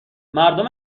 مردم